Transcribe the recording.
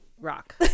rock